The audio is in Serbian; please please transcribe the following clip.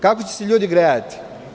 Kako će se ljudi grejati?